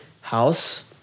House